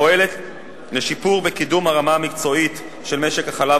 פועלת לשיפור וקידום הרמה המקצועית של משק החלב